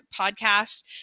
Podcast